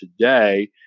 today